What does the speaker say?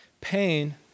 Pain